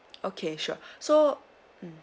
okay sure so